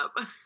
up